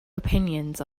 opinions